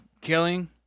killing